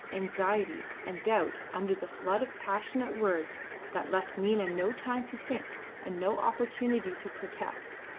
anxiety, and doubt under the flood of passionate words that left nina no time to think and no opportunity to protest,